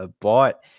bought